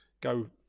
go